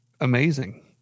amazing